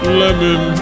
lemon